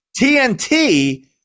TNT